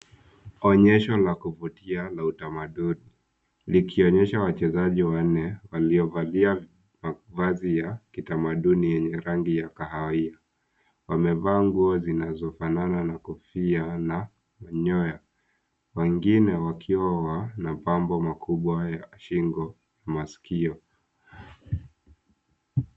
Onyesho la kuvutia la utamaduni likionyesha wachezaji wanne walioavalia mavazi ya kitamaduni yenye rangi ya kahawia. Wamevaa nguo zinazofanana , kofia na manyoya, wengine wakiwa na pambo makubwa ya shingo na masikio.